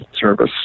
Service